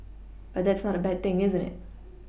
but that's not a bad thing isn't it